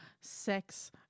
Sex